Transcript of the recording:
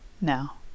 now